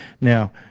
now